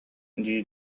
дии